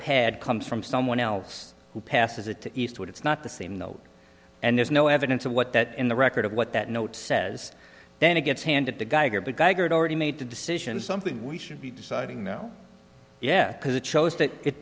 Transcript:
pad comes from someone else who passes it to eastwood it's not the same note and there's no evidence of what that in the record of what that note says then it gets handed to geiger but geiger had already made the decision something we should be deciding now yet because it shows that it